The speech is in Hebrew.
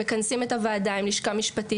מכנסים את הוועדה עם לשכה משפטית,